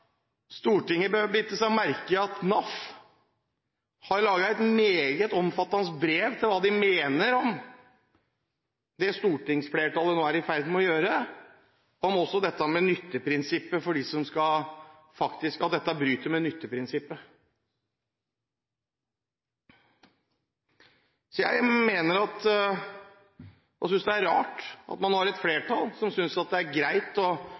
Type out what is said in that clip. Stortinget bør bite seg merke i at NAF har laget et meget omfattende brev om hva de mener om det stortingsflertallet nå er i ferd med å gjøre, da også om at dette bryter med nytteprinsippet. Jeg synes det er rart at man har et flertall som synes det er greit bare å